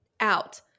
out